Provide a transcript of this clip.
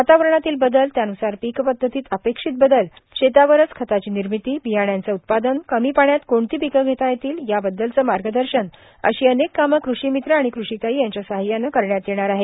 वातावरणातील बदलए त्यानुसार पीक पद्धतीत अपेक्षित बदलल शेतावरच खताची निर्मितील बियाण्यांचं उत्पादनश कमी पाण्यात कोणती पिकं घेता येतील याबद्दलचं मार्गदर्शन अशी अनेक कामं कृषी मित्र आणि कृषी ताई यांच्या सहायानं करण्यात येणार आहेत